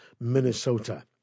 Minnesota